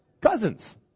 cousins